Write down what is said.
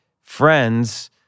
friends